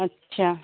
अच्छा